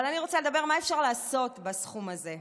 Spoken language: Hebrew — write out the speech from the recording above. אבל אני רוצה לדבר על מה אפשר לעשות בסכום הזה,